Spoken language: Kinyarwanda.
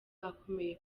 akomeye